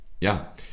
Ja